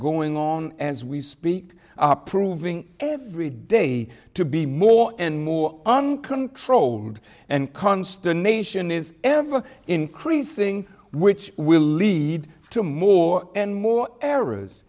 going on as we speak proving every day to be more and more uncontrolled and consternation is ever increasing which will lead to more and more er